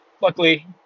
Luckily